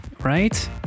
Right